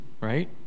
right